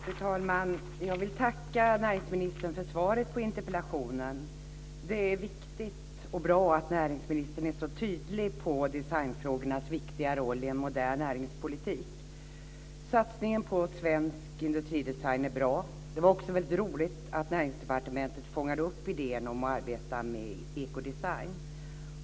Fru talman! Jag vill tacka näringsministern för svaret på interpellationen. Det är viktigt och bra att näringsministern är så tydlig när det gäller designfrågornas viktiga roll i en modern näringspolitik. Satsningen på svensk industridesign är bra. Det var också väldigt roligt att Näringsdepartementet fångade upp idén om att arbeta med Ekodesign.